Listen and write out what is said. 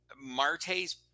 Marte's